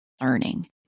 learning